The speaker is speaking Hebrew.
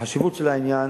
והחשיבות של העניין,